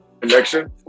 connection